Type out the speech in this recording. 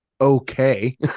okay